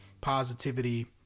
positivity